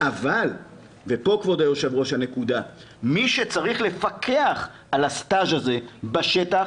אבל מי שצריך לפקח על הסטאז' הזה בשטח